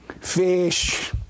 fish